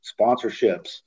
sponsorships